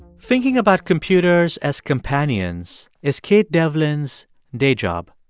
thinking about computers as companions is kate devlin's day job.